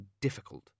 difficult